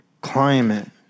climate